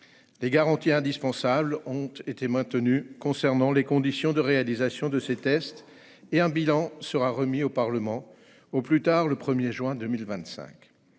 Des garanties indispensables ont été maintenues sur les conditions de réalisation de ces tests et un bilan sera remis au Parlement au plus tard le 1 juin 2025.